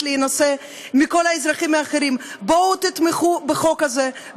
להינשא מכל האזרחים האחרים: בואו תתמכו בחוק הזה,